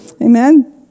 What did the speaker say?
Amen